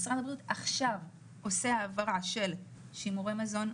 משרד הבריאות עכשיו עושה העברה של שימורי מזון,